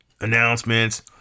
Announcements